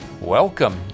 Welcome